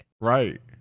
right